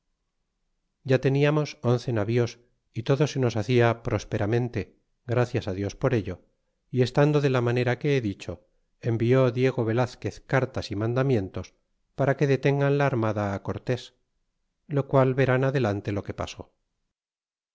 ya teníamos once navios y todo se nos hacia prósperamente gra cias á dios por ello y estando de la manera que he dicho envió diego velazquez cartas y mandamientos para que detengan la armada cortes lo qual verán adelante lo que pasó